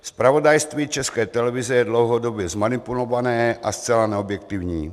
Zpravodajství České televize je dlouhodobě zmanipulované a zcela neobjektivní.